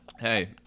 Hey